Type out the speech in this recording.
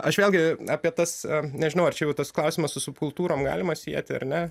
aš vėlgi apie tas nežinau ar čia jau tas klausimas su subkultūrom galima sieti ar ne